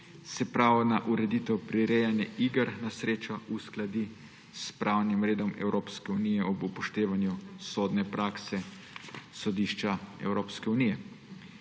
se pravna ureditev prirejanja iger na srečo uskladi s pravnim redom Evropske unije ob upoštevanju sodne prakse sodišča Evropske unije.